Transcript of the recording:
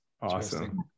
awesome